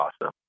awesome